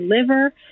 liver